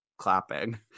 Clapping